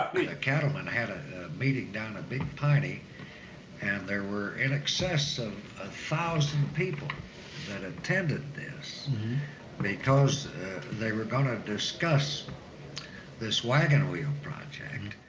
cattlemen had a meeting down at big piney and there were in excess of ah thousand people that attended this because they were gonna discuss this wagon wheel project.